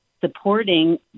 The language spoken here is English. supporting